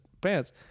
pants